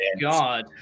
God